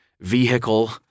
vehicle